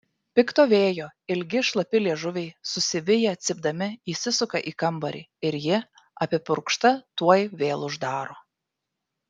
pikto vėjo ilgi šlapi liežuviai susiviję cypdami įsisuka į kambarį ir ji apipurkšta tuoj vėl uždaro